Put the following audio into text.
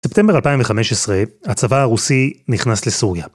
ספטמבר 2015 הצבא הרוסי נכנס לסוריה.